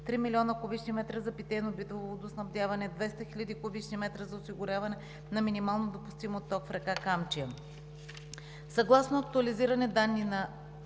3 млн. куб. м за питейно-битово водоснабдяване, 200 хил. куб. м за осигуряване на минимално допустим отток в река Камчия.